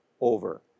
over